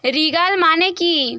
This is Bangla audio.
রিগাল মানে কি